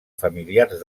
familiars